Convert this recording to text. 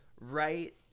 right